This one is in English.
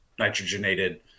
nitrogenated